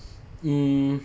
hmm